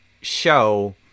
show